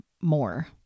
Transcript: more